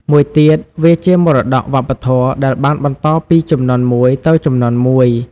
មួយទៀត វាជាមរតកវប្បធម៌ ដែលបានបន្តពីជំនាន់មួយទៅជំនាន់មួយ។